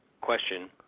question